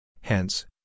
Hence